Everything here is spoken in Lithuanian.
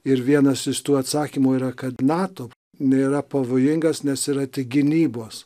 ir vienas iš tų atsakymų yra kad nato nėra pavojingas nes yra tik gynybos